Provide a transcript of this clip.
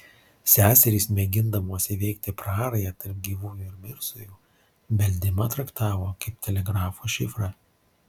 seserys mėgindamos įveikti prarają tarp gyvųjų ir mirusiųjų beldimą traktavo kaip telegrafo šifrą